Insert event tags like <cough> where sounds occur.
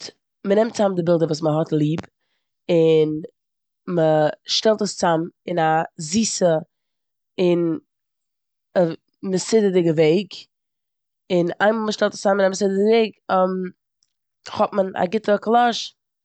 צ- מ'נעמט צאם די בילדער וואס מ'האט ליב און מ'שטעלט עס צאם אין א זיסע און ע- מסודרדיגע וועג און איין מאל מ'האט שטעלט עס צאם אין א מסודרדיגע וועג <hesitation> האט מען א גוטע קאלאדש.